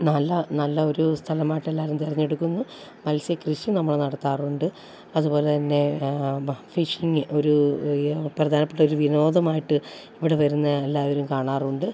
നല്ല നല്ല ഒരു സ്ഥലമായിട്ടെല്ലാവരും തിരഞ്ഞെടുക്കുന്നു മത്സ്യക്കൃഷി നമ്മൾ നടത്താറുണ്ട് അതുപോലെ തന്നെ ഫിഷിങ്ങ് ഒരു പ്രധാനപ്പെട്ട ഒരു വിനോദമായിട്ട് ഇവിടെ വരുന്ന എല്ലാവരും കാണാറുണ്ട്